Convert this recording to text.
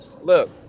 Look